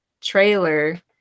trailer